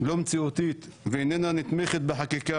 כולל הזימונים לדיונים הפומביים